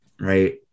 right